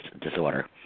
disorder